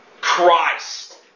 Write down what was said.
Christ